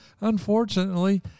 Unfortunately